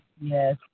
yes